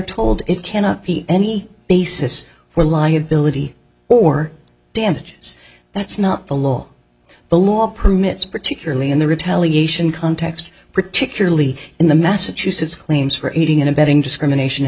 told it cannot be any basis for liability or damages that's not the law the law permits particularly in the retaliation context particularly in the massachusetts claims for aiding and abetting discrimination